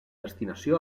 destinació